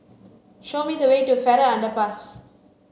show me the way to Farrer Underpass